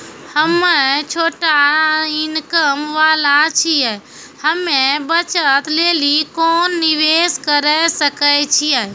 हम्मय छोटा इनकम वाला छियै, हम्मय बचत लेली कोंन निवेश करें सकय छियै?